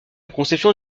conception